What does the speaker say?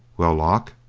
well, lock,